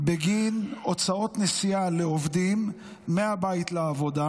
בגין הוצאות נסיעה לעובדים מהבית לעבודה,